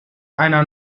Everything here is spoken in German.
einer